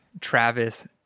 Travis